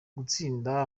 gutsinda